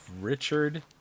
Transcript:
Richard